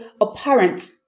apparent